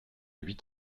huit